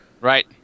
Right